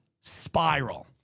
spiral